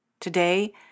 Today